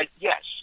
Yes